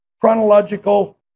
chronological